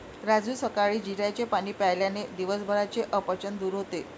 राजू सकाळी जिऱ्याचे पाणी प्यायल्याने दिवसभराचे अपचन दूर होते